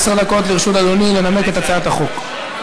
עשר דקות לרשות אדוני לנמק את הצעת החוק.